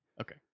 Okay